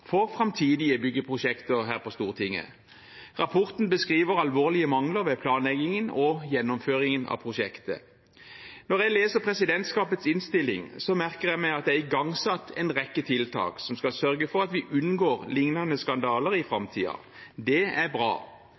for framtidige byggeprosjekter her på Stortinget. Rapporten beskriver alvorlige mangler ved planleggingen og gjennomføringen av prosjektet. Når jeg leser presidentskapets innstilling, merker jeg meg at en rekke tiltak er igangsatt for å sørge for at vi unngår lignende skandaler i framtiden, og det er bra.